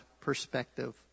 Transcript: perspective